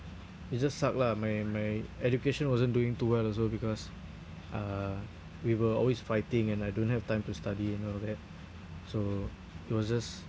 it just suck lah my my education wasn't doing too well also because uh we were always fighting and I don't have time to study and all that so it was just